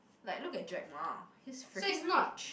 like look at Jack-Ma he's freaking rich